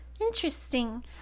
interesting